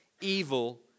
evil